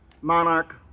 monarch